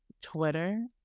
twitter